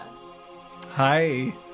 Hi